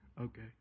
Okay